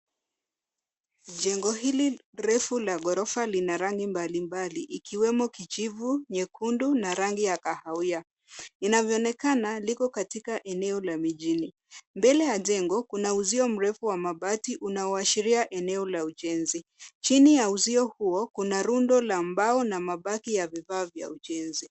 Jengo hili refu la ghorofa lina rangi mbalimbali, ikiwemo kijivu, nyekundu na rangi ya kahawia. Inavyoonekana, liko katika eneo la mijini. Mbela ya jengo kuna uzio mrefu wa mabati unaoashiria eneo la ujenzi. Chini ya uzio huo, kuna rundo la mbao na mabaki ya vifaa vya ujenzi.